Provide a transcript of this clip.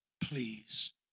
Please